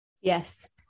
Yes